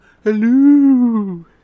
Hello